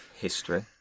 history